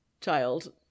child